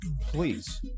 Please